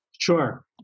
Sure